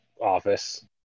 office